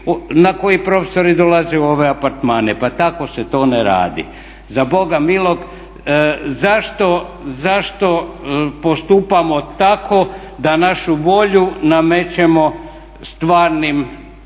na koje profesori dolaze u ove apartmane, pa tako se to ne radi. Zašto postupamo tako da našu volju namećemo stvarnoj